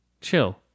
Chill